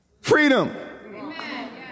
freedom